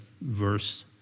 verse